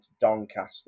Doncaster